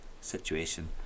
situation